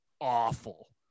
awful